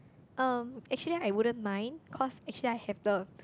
um actually I wouldn't mind cause actually I have the